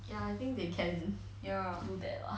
ya I think they can do that ah